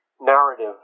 narrative